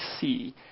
see